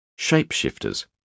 Shapeshifters